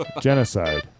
Genocide